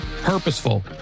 purposeful